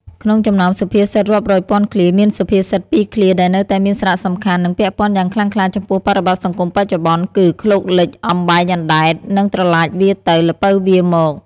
ក្នុងចំណោមសុភាសិតរាប់រយពាន់ឃ្លា មានសុភាសិតពីរឃ្លាដែលនៅតែមានសារៈសំខាន់ និងពាក់ព័ន្ធយ៉ាងខ្លាំងក្លាចំពោះបរិបទសង្គមបច្ចុប្បន្ន គឺ "ឃ្លោកលិច អំបែងអណ្ដែត" និង "ត្រឡាចវារទៅ ល្ពៅវារមក"។